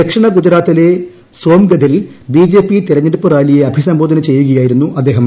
ദക്ഷിണ ഗുജറാത്തിലെ സോംഗധിൽ ബിജെപി തെരഞ്ഞെടുപ്പ് റാലിയെ അഭിസംബോധന ചെയ്യുകയായിരുന്നു അദ്ദേഹം